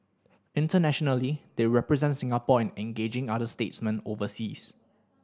internationally they represent Singapore in engaging other statesmen overseas